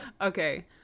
Okay